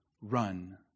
Run